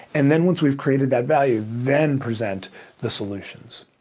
and then once we've created that value then present the solutions.